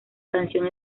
canción